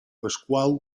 pasqual